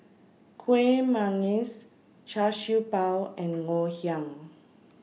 Kueh Manggis Char Siew Bao and Ngoh Hiang